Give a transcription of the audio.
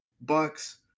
Bucks